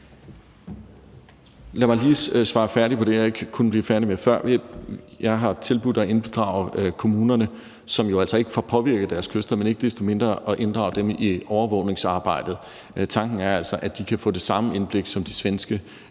Lad mig lige svare færdigt på det, som jeg ikke kunne blive færdig med før. Jeg har tilbudt at inddrage kommunerne, som jo altså ikke får påvirket deres kyster, men ikke desto mindre har jeg tilbudt at inddrage dem i overvågningsarbejdet. Tanken er, at de kan få det samme indblik, som de svenske